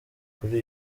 kuri